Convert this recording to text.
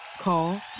Call